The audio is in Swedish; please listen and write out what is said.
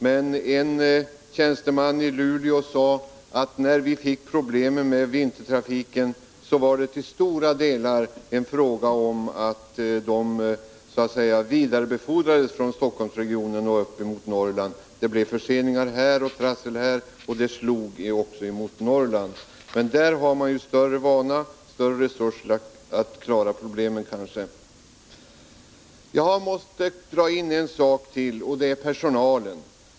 Men en tjänsteman i Luleå sade: När vi fick problemen med vintertrafiken, så var det till stor del en fråga om att de så att säga vidarebefordrades från Stockholmsregionen och upp mot Norrland. Det blev förseningar här och trassel där, och det slog också mot Norrland. Men där har man ju större vana och kanske större resurser när det gäller att klara problemen. Jag måste ta upp en sak till — jag avser då personalen.